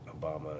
Obama